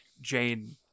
Jane